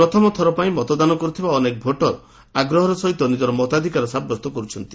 ପ୍ରଥମଥର ପାଇଁ ମତଦାନ କର୍ଥବା ଅନେକ ଭୋଟର ଆଗ୍ରହର ସହିତ ନିଜର ମତାଧକାର ସାବ୍ୟସ୍ତ କରୁଛନ୍ତି